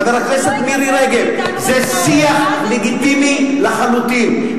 חברת הכנסת מירי רגב, זה שיח לגיטימי לחלוטין.